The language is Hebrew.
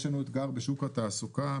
יש לנו אתגר בשוק התעסוקה.